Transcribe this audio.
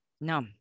No